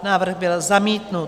Návrh byl zamítnut.